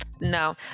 No